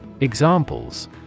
Examples